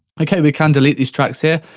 okay, we can delete these tracks, here,